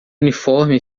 uniforme